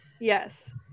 Yes